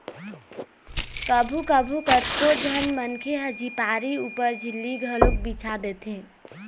कभू कभू कतको झन मनखे ह झिपारी ऊपर झिल्ली घलोक बिछा देथे